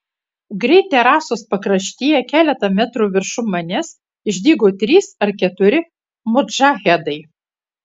greit terasos pakraštyje keletą metrų viršum manęs išdygo trys ar keturi modžahedai